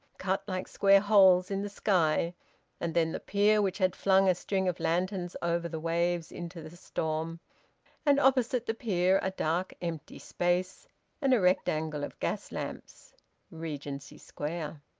cut like square holes in the sky and then the pier, which had flung a string of lanterns over the waves into the storm and opposite the pier a dark empty space and a rectangle of gas-lamps regency square.